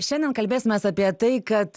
šiandien kalbėsimės apie tai kad